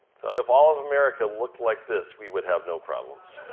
so if all of america looked like this, we would have no problems.